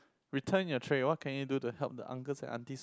return your tray what can you do to help the uncles and aunties